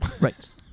Right